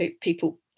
people